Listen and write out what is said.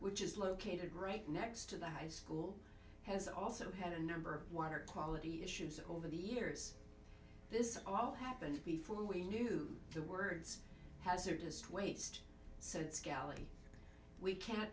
which is located right next to the high school has also had a number of water quality issues over the years this all happened before we knew the words hazardous waste said scally we can't